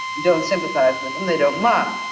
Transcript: don't sympathize with them, they don't mind.